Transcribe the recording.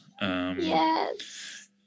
Yes